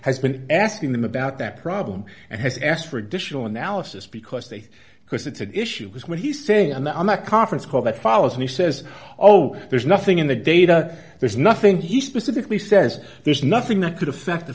has been asking them about that problem and has asked for additional analysis because they because it's an issue was when he said on the on a conference call that follows me says oh there's nothing in the data there's nothing he specifically says there's nothing that could affect the